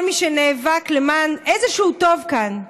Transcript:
כל מי שנאבק למען איזשהו טוב כאן,